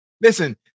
Listen